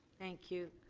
thank you.